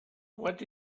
what